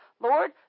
Lord